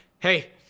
Hey